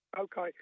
Okay